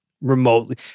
remotely